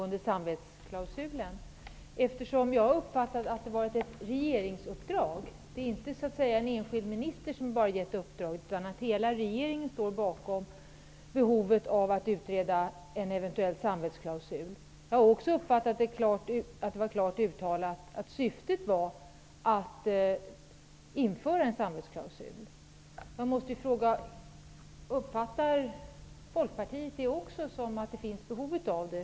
Herr talman! Jag vill bara ha ett förtydligande när det gäller samvetsklausulen. Jag har uppfattat det som att det har varit fråga om ett regeringsuppdrag, dvs. att det inte är någon enskild minister som har gett detta uppdrag. Hela regeringen har haft behov av att utreda en eventuell samvetsklausul. Jag har också uppfattat det som att syftet med utredningen är att en samvetsklausul skall införas. Uppfattar Folkpartiet också det som att det finns behov av en samvetsklausul?